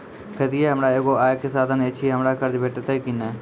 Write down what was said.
खेतीये हमर एगो आय के साधन ऐछि, हमरा कर्ज भेटतै कि नै?